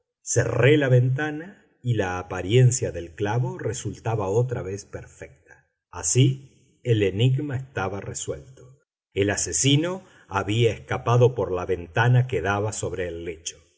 cerré la ventana y la apariencia del clavo resultaba otra vez perfecta así el enigma estaba resuelto el asesino había escapado por la ventana que daba sobre el lecho